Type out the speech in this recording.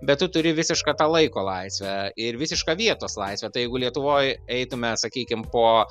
bet tu turi visišką laiko laisvę ir visišką vietos laisvę tai jeigu lietuvoj eitume sakykim po